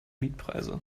mietpreise